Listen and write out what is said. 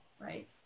Right